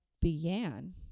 began